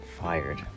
fired